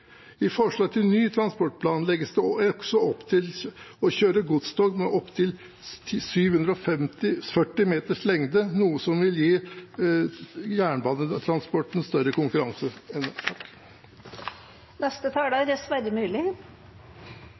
I forslag til ny transportplan legges det også opp til å kjøre godstog med opptil 740 meters lengde, noe som vil gi jernbanetransporten større